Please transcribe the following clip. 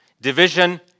Division